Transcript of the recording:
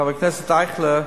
חבר הכנסת אייכלר,